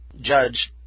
Judge